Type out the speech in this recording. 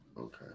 Okay